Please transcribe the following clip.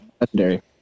legendary